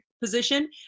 position